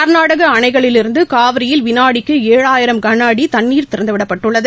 கா்நாடக அணைகளிலிருந்துகாவிரியில் வினாடிக்குஏழாயிரம் கனஅடிதண்ணீர் திறந்துவிடப்பட்டுள்ளது